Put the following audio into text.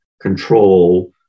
control